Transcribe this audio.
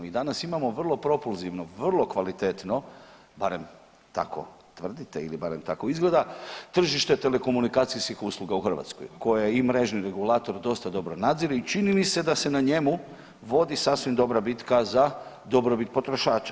I danas imamo vrlo propulzivno, vrlo kvalitetno barem tako tvrdite ili barem tako izgleda tržište telekomunikacijskih usluga u Hrvatskoj koje i mrežni regulator dosta dobro nadzire i čini mi se da se na njemu vodi sasvim dobra bitka za dobrobit potrošača.